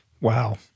Wow